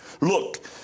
Look